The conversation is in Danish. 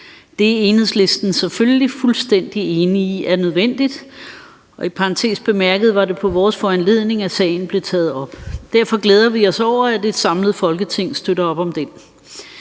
Det er Enhedslisten selvfølgelig fuldstændig enig i er nødvendigt. I parentes bemærket var det på vores foranledning, at sagen blev taget op. Derfor glæder vi os over, at et samlet Folketing støtter op om det.